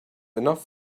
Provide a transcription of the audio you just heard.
enough